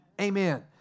Amen